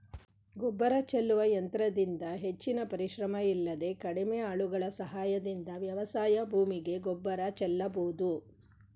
ಗೊಬ್ಬರ ಚೆಲ್ಲುವ ಯಂತ್ರದಿಂದ ಹೆಚ್ಚಿನ ಪರಿಶ್ರಮ ಇಲ್ಲದೆ ಕಡಿಮೆ ಆಳುಗಳ ಸಹಾಯದಿಂದ ವ್ಯವಸಾಯ ಭೂಮಿಗೆ ಗೊಬ್ಬರ ಚೆಲ್ಲಬೋದು